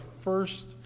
first